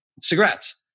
cigarettes